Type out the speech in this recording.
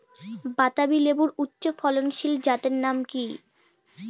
বাতাবি লেবুর উচ্চ ফলনশীল জাতের নাম কি?